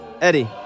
Eddie